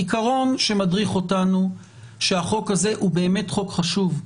העיקרון שמדריך אותנו הוא שהחוק הזה באמת חוק חשוב.